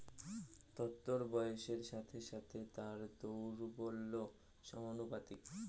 তন্তুর বয়সের সাথে সাথে তার দৌর্বল্য সমানুপাতিক